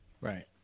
Right